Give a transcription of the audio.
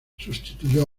sustituyó